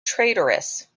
traitorous